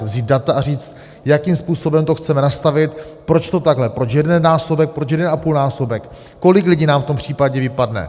Vzít data a říct, jakým způsobem to chceme nastavit, proč takhle, proč jednonásobek, proč jedenapůl násobek, kolik lidí nám v tom případě vypadne.